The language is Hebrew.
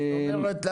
זאת אומרת,